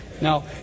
Now